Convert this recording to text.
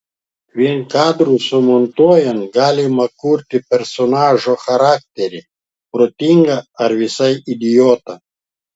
vien kadrus sumontuojant galima kurti personažo charakterį protingą ar visai idiotą